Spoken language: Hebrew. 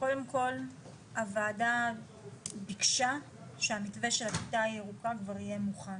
קודם כל הוועדה ביקשה המתווה של הכיתה הירוקה כבר יהיה מוכן.